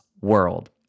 world